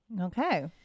Okay